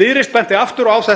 Viðreisn benti aftur og